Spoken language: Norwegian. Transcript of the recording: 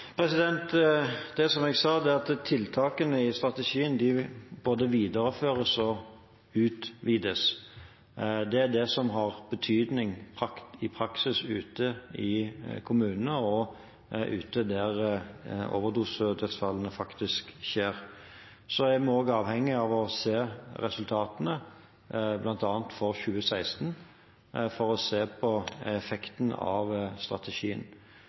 Det som jeg sa, var at tiltakene i strategien vil både videreføres og utvides. Det er det som i praksis har betydning ute i kommunene og ute der overdosedødsfallene skjer. Vi er også avhengig av å se på resultatene, bl.a. for 2016, for å se effekten av strategien,